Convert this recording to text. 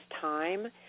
time